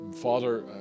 Father